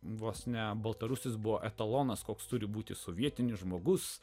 vos ne baltarusis buvo etalonas koks turi būti sovietinis žmogus